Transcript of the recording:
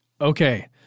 Okay